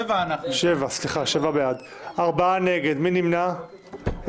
הצבעה בעד, 7 נגד, 4 בקשת הממשלה אושרה.